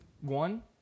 One